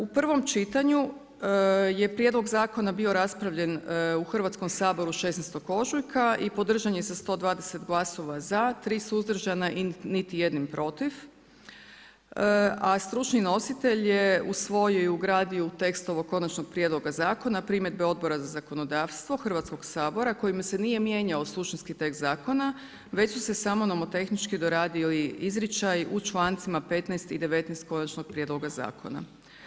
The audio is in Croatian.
U prvom čitanju je prijedlog zakona bio raspravljen u Hrvatskom saboru 16. ožujka i podržan je sa 120 glasova za, 3 suzdržana i niti jednim protiv, a stručni nositelj je usvojio i ugradio u tekst konačnog prijedloga zakona primjedbe Odbora za zakonodavstvo Hrvatskog sabora kojim se nije mijenjao suštinski tekst zakona, već su se samo nomotehnički doradilo i izričaji u člancima 15. i 19. konačnog prijedloga zakona.